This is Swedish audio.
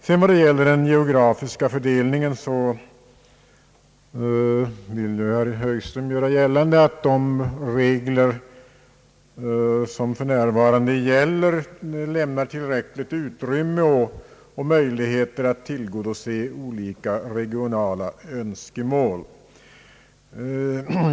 Vad sedan beträffar den geografiska fördelningen vill herr Högström hävda att de regler som för närvarande gäller lämnar tillräckligt utrymme och ger tillräckliga möjligheter att tillgodose olika regionala önskemål.